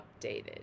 updated